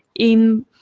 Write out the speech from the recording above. in